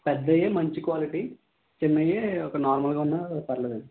పెద్దవి మంచి క్వాలిటీ చిన్నవి ఒక నార్మల్గా ఉన్న పర్లేదండి